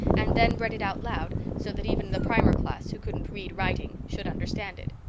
and then read it out loud so that even the primer class, who couldn't read writing, should understand it.